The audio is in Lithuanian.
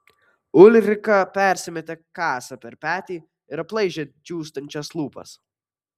ulrika persimetė kasą per petį ir aplaižė džiūstančias lūpas